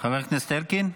חבר הכנסת אלקין?